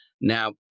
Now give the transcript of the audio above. Now